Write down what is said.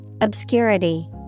Obscurity